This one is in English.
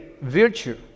virtue